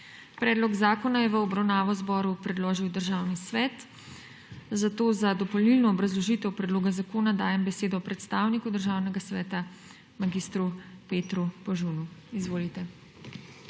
Predlog zakona je v obravnavo zboru predložil Državni svet, zato za dopolnilno obrazložitev predloga zakona dajem besedo predstavniku Državnega sveta mag. Petru Požunu. Izvolite.